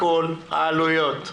בכל העלויות.